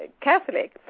Catholic